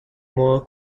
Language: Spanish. modo